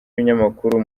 ibinyamakuru